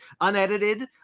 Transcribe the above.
unedited